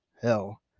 hell